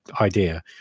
idea